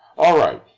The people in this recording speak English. alright.